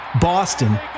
Boston